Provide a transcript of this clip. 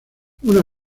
una